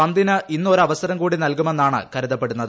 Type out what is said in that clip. പന്തിന് ഇന്ന് ഒരു അവസരം കൂടി നൽകുമെന്നാണ് കരുതപ്പെടുന്നത്